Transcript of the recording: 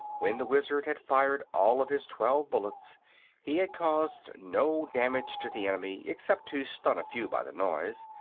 when the wizard had fired all of his twelve bullets he had caused no damage to the enemy except to stun a few by the noise,